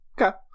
Okay